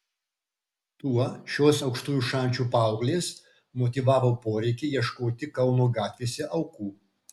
tuo šios aukštųjų šančių paauglės motyvavo poreikį ieškoti kauno gatvėse aukų